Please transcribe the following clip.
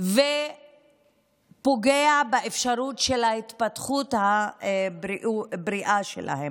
ופוגע באפשרות ההתפתחות הבריאה שלהם.